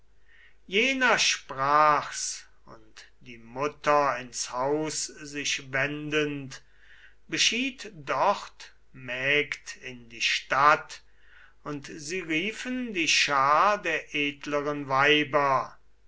jener sprach's und die mutter ins haus sich wendend beschied dort mägd in die stadt und sie riefen die schar der edleren weiber